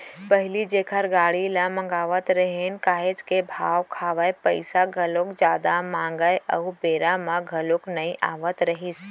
पहिली जेखर गाड़ी ल मगावत रहेन काहेच के भाव खावय, पइसा घलोक जादा मांगय अउ बेरा म घलोक नइ आवत रहिस